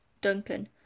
Duncan